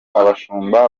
abashumba